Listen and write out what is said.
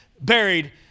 buried